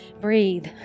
breathe